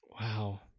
Wow